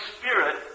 spirit